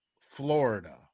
Florida